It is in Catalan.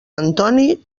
antoni